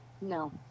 No